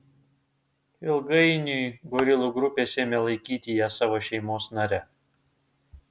ilgainiui gorilų grupės ėmė laikyti ją savo šeimos nare